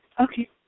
Okay